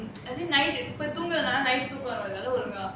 actually இப்போ தூங்குறதால:ippo thoongurathaala night தூக்கம் வருது:thookam varathu